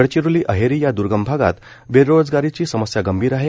गडचिरोली अहेरी या दुर्गम भागात बेरोजगारीची समस्या गंभीर आहे